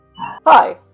Hi